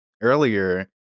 earlier